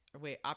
wait